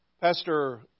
Pastor